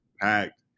packed